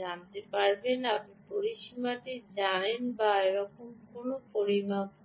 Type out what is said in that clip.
জানেন আপনি পরিসীমাটি জানেন বা এরকম কোনও পরিমাপ ঘটেছে